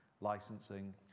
licensing